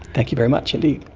thank you very much indeed.